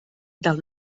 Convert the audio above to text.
del